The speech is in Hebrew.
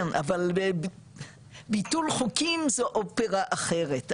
כן, אבל ביטול חוקים זו אופרה אחרת.